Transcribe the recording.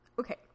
Okay